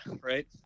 right